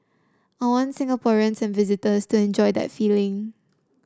I want Singaporeans and visitors to enjoy that feeling